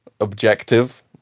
objective